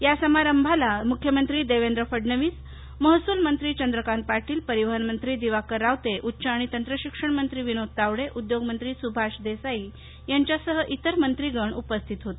या समारंभाला मुख्यमंत्री देवेंद्र फडणवीस महसूल मंत्री चंद्रकांत पार्शिल परिवहनमंत्री दिवाकर रावते उच्च आणि तंत्र शिक्षण मंत्री विनोद तावडे उद्योगमंत्री सुभाष देसाई यांच्यासह इतर मंत्रीगण उपस्थित होते